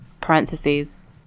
parentheses